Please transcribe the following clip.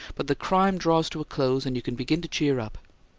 but the crime draws to a close, and you can begin to cheer up!